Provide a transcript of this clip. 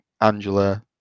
Angela